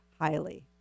highly